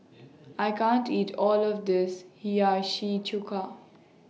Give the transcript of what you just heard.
I can't eat All of This Hiyashi Chuka